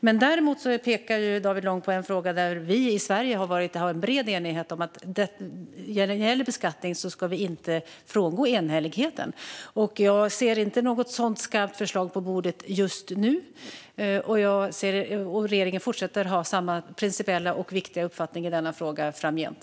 Dock pekar David Lång på något som vi i Sverige har en bred enighet om, det vill säga att vi inte ska frångå enhälligheten när det gäller skatten. Jag ser inte något skarpt förslag om det på bordet just nu. Regeringen fortsätter att ha samma principiella och viktiga uppfattning i frågan framgent.